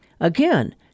Again